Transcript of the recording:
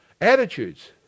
Attitudes